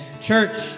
Church